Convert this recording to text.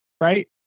right